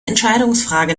entscheidungsfrage